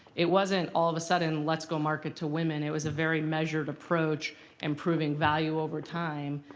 it wasn't all of a sudden let's go market to women. it was a very measured approach improving value over time.